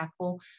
impactful